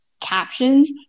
captions